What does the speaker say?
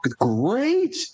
great